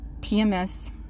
PMS